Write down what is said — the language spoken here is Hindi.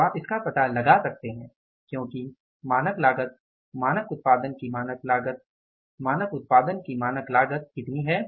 तो आप इसका पता लगा सकते हैं क्योकि मानक लागत मानक उत्पादन की मानक लागत मानक उत्पादन की मानक लागत कितनी है